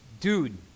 Dude